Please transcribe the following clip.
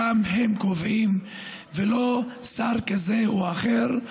שם הם קובעים, ולא שר כזה או אחר.